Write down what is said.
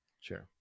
sure